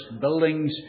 buildings